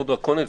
מאוד דרקוניות,